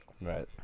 Right